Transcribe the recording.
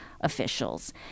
officials